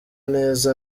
neza